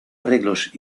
arreglos